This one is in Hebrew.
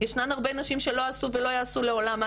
ישנן הרבה נשים שלא עשו ולא יעשו לעולם,